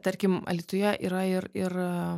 tarkim alytuje yra ir ir